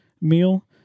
meal